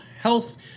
Health